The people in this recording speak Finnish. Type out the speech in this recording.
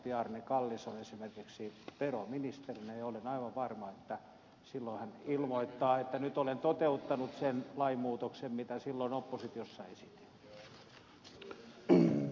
bjarne kallis on esimerkiksi veroministerinä ja olen aivan varma että silloin hän ilmoittaa että nyt olen toteuttanut sen lainmuutoksen mitä silloin oppositiossa esitin